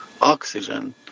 oxygen